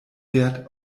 wert